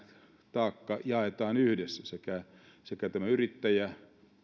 taakka jaetaan yhdessä tämä yrittäjä